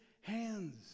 hands